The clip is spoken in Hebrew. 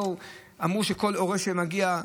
אמרו שכל הורה שמגיע,